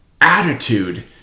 attitude